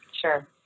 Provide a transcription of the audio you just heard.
sure